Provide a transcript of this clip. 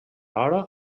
hora